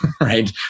right